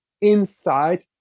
inside